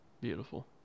Beautiful